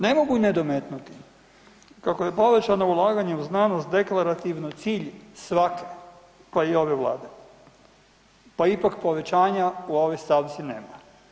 Ne mogu i ne dometnuti kako je povećano ulaganje u znanost deklarativno cilj svake pa i ove Vlade, pa ipak povećanja u ovoj stavci nema.